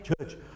Church